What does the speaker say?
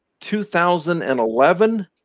2011